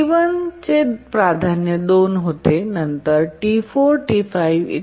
T1चे प्राधान्य 2 होते आणि नंतर T4 T5 इ